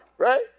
Right